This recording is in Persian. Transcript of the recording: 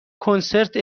کنسرت